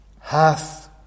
hath